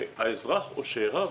מידע, שהאזרח או שאריו